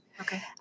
Okay